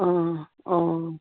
অঁ অঁ